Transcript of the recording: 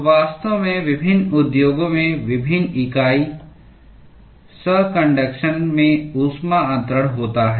तो वास्तव में विभिन्न उद्योगों में विभिन्न इकाई संकन्डक्शन में ऊष्मा अन्तरण होता है